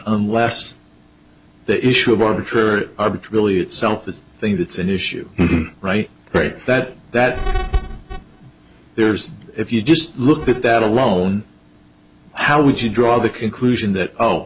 unless the issue of arbitrary arbitrarily itself the thing that's an issue right right that that there's if you just look at that alone how would you draw the conclusion that oh